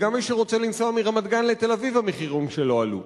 וגם מי שרוצה לנסוע מרמת-גן לתל-אביב המחירים שלו עלו.